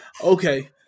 Okay